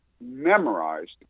memorized